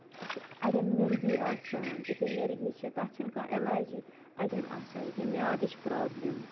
اَڈین مِرگی آسان یہِ کیٛاہ مِرگی چھےٚ تَتھ چھُنہٕ کانٛہہ علاجٕے اَڈین آسان یہِ کیٛاہ میعادٕچ پرٛابلِم